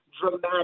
dramatic